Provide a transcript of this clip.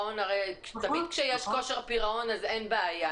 תמיד כשיש כושר פירעון אז אין בעיה,